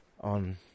on